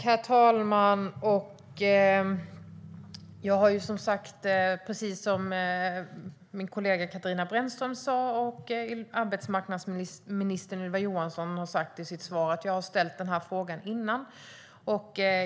Herr talman! Jag har, precis som min kollega Katarina Brännström sa och som arbetsmarknadsminister Ylva Johansson har sagt i sitt svar, ställt den här frågan innan.